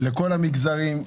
לכל המגזרים,